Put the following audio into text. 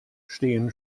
stehen